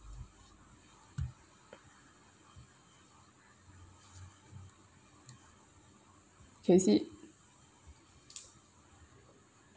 can you see it